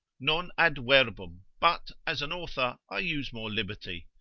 non ad verbum, but as an author, i use more liberty,